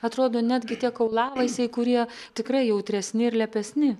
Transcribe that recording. atrodo netgi tie kaulavaisiai kurie tikrai jautresni ir lepesni